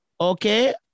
okay